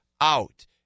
out